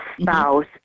spouse